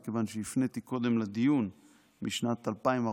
מכיוון שהפניתי קודם לדיון בשנת 2014